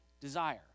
desire